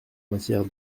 matière